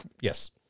Yes